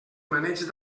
maneig